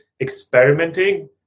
experimenting